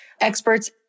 experts